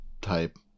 type